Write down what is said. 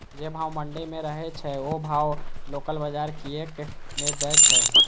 जे भाव मंडी में रहे छै ओ भाव लोकल बजार कीयेक ने दै छै?